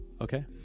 okay